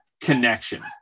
connection